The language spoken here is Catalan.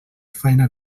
faena